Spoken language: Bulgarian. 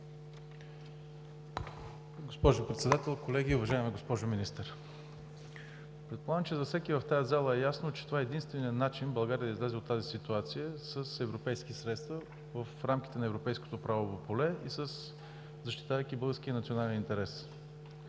Госпожо Председател, колеги! Уважаема госпожо Министър, предполагам, че за всеки в тази зала е ясно, че това е единственият начин България да излезе от тази ситуация с европейски средства в рамките на европейското правово поле и защитавайки българския национален интерес.